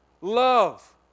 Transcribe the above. Love